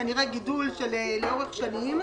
כנראה גידול לאורך שנים,